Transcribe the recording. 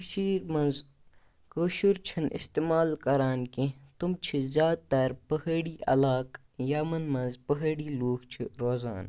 کٔشیٖر منٛز کٲشُر چھِ نہٕ اِستِمال کَران کیٚنٛہہ تِم چھِ زیادٕ تَر پہٲڑی علاقہٕ یَمَن منٛز پہٲڑی لوٗکھ چھِ روزان